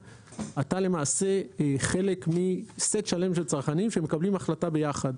אתה למעשה חלק מסט שלם של צרכנים שמקבלים החלטה ביחד.